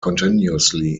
continuously